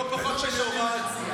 לא פחות של יוראי הרצנו,